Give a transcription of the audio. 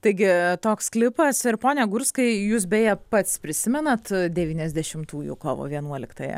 taigi toks klipas ir pone gurskai jūs beje pats prisimenat devyniasdešimtųjų kovo vienuoliktąją